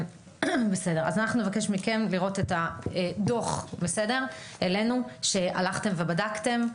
אז אנחנו נבקש מכם לראות את הדוח שהלכתם ובדקתם.